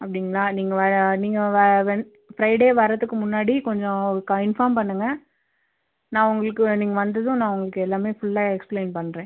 அப்படிங்களா நீங்கள் வ நீங்கள் வ வந் ஃப்ரைடே வரத்துக்கு முன்னாடி கொஞ்சம் க இன்ஃபார்ம் பண்ணுங்கள் நான் உங்களுக்கு நீங்கள் வந்ததும் நான் உங்களுக்கு எல்லாம் ஃபுல்லாக எக்ஸ்ப்ளைன் பண்ணுறேன்